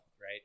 right